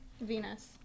Venus